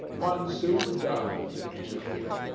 one soon does, in eternity.